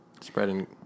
spreading